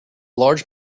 large